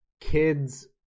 kids